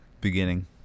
beginning